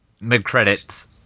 mid-credits